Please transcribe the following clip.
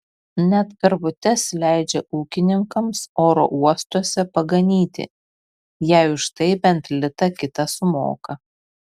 net karvutes leidžia ūkininkams oro uostuose paganyti jei už tai bent litą kitą sumoka